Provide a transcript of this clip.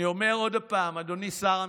אני אומר עוד הפעם, אדוני שר המשפטים,